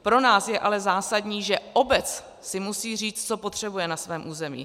Pro nás je ale zásadní, že obec si musí říct, co potřebuje na svém území.